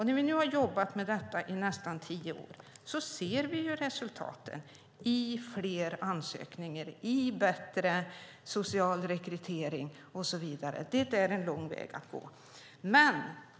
När vi nu har jobbat med detta i nästan tio år ser vi resultatet i form av fler ansökningar, bättre social rekrytering och så vidare. Det är en lång väg att gå.